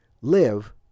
live